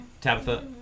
Tabitha